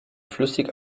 flüssig